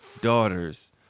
daughters